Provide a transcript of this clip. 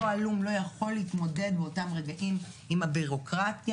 אותו הלום לא יכול להתמודד באותם רגעים עם הביורוקרטיה.